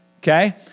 okay